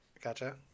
Gotcha